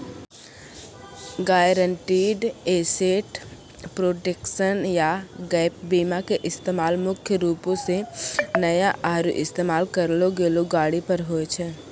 guaranteed asset protection या gap बीमा के इस्तेमाल मुख्य रूपो से नया आरु इस्तेमाल करलो गेलो गाड़ी पर होय छै